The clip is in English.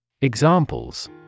Examples